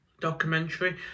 documentary